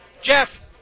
Jeff